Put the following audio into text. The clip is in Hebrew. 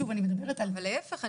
להפך,